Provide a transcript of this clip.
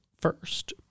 first